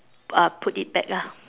uh put it back lah